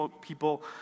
people